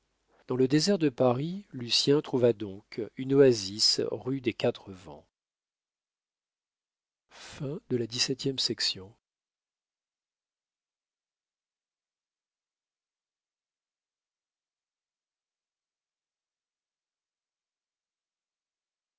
dans le désert de paris lucien trouva donc une oasis rue des quatre vents